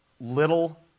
little